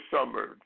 summer